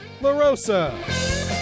LaRosa